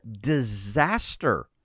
disaster